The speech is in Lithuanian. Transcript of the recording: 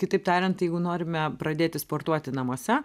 kitaip tariant jeigu norime pradėti sportuoti namuose